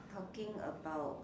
talking about